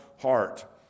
heart